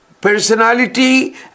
personality